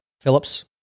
Phillips